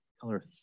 color